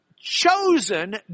chosen